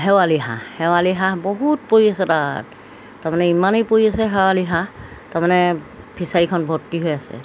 শেৱালি হাঁহ শেৱালি হাঁহ বহুত পৰি আছে তাত তাৰমানে ইমানেই পৰি আছে শেৱালি হাঁহ তাৰমানে ফিচাৰীখন ভৰ্তি হৈ আছে